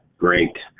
great.